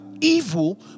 evil